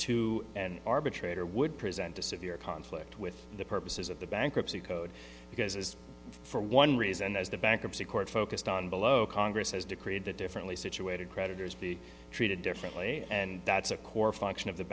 to an arbitrator would present a severe conflict with the purposes of the bankruptcy code because for one reason as the bankruptcy court focused on below congress has decreed that differently situated creditors be treated differently and that's a core function of the